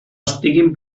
estiguin